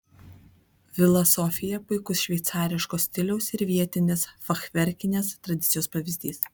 vila sofija puikus šveicariško stiliaus ir vietinės fachverkinės tradicijos pavyzdys